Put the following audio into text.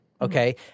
okay